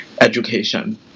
education